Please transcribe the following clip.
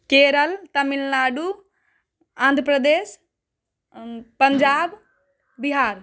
Kerala Tamil Nadu Andhra Pradesh Punjab Bihar